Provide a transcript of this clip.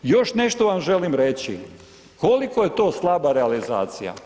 Još nešto vam želim reći koliko je to slaba realizacija.